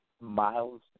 miles